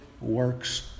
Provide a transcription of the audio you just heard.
works